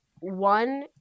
one